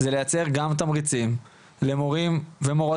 זה לייצר גם תמריצים למורים ומורות